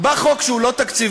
בא חוק שהוא לא תקציבי,